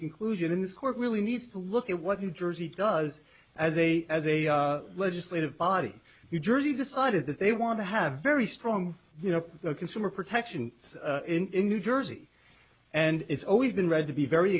conclusion in this court really needs to look at what new jersey does as a as a legislative body you jersey decided that they want to have very strong you know the consumer protection in new jersey and it's always been read to be very